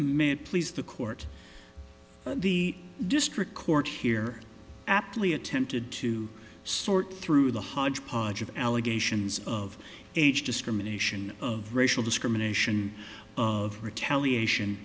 it please the court the district court here aptly attempted to sort through the hodgepodge of allegations of age discrimination of racial discrimination of retaliation